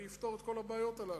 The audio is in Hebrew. אני אפתור את כל הבעיות האלה.